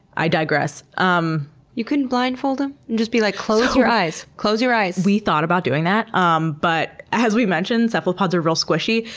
i digress. um you couldn't blindfold them and just be like, close your eyes, close your eyes. we thought about doing that, um but as we mentioned, cephalopods are real squishy.